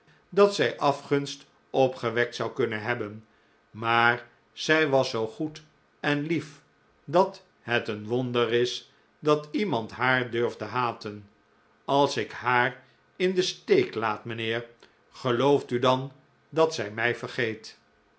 dat zij afgunst opgewekt zou kunnen hebben maar zij was zoo goed en lief dat het een wonder is dat iemand haar durfde haten als ik haar in den steek laat mijnheer gelooft u dan dat zij mij vergeet